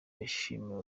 yashimiwe